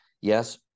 yes